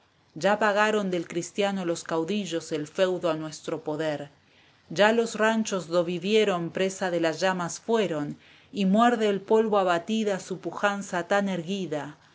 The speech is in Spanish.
ya pagaron del cristiano los caudillos el feudo a nuestro poder y los ranchos i do vivieron presa de las llamas fueron y muerde el polvo abatida su pujanza tan erguida